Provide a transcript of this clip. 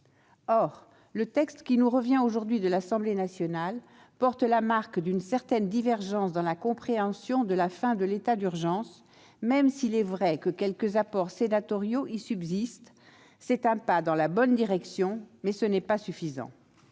Or le texte qui nous revient aujourd'hui de l'Assemblée nationale porte la marque d'une certaine divergence dans la compréhension de la fin de l'état d'urgence sanitaire, même s'il est vrai que quelques apports sénatoriaux y subsistent. C'est un pas dans la bonne direction, mais ce n'est pas suffisant.